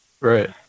Right